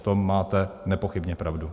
V tom máte nepochybně pravdu.